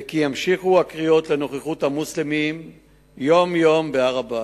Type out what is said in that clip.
וכי ימשיכו את הקריאות לנוכחות המוסלמים יום-יום בהר-הבית.